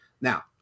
Now